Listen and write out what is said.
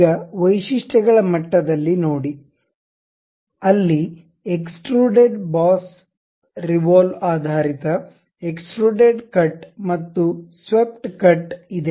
ಈಗ ವೈಶಿಷ್ಟ್ಯ ಗಳ ಮಟ್ಟದಲ್ಲಿ ನೋಡಿ ಅಲ್ಲಿ ಎಕ್ಸ್ಟ್ರುಡೆಡ್ ಬಾಸ್ ರಿವಾಲ್ವ್ ಆಧಾರಿತ ಎಕ್ಸ್ಟ್ರುಡೆಡ್ ಕಟ್ ಮತ್ತು ಸ್ವೇಪ್ಟ್ ಕಟ್ ಇದೆ